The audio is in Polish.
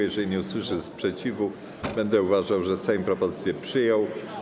Jeżeli nie usłyszę sprzeciwu, będę uważał, że Sejm propozycję przyjął.